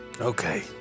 Okay